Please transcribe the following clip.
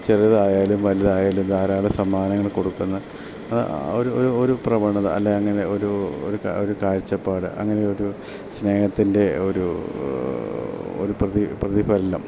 ചെറുതായാലും വലുതായാലും ധാരാളം സമ്മാനങ്ങൾ കൊടുക്കുന്ന ഒരു ഒരു ഒരു പ്രവണത അല്ലേ അങ്ങനെ ഒരു ഒരു ഒരു കാഴ്ചപ്പാട് അങ്ങനെ ഒരു സ്നേഹത്തിൻ്റെ ഒരു ഒരു പ്രതിഫലം പ്രതിഫലനം